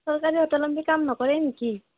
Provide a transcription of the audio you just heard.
চৰকাৰী অটল অমৃত কাম নকৰে নেকি